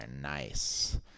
nice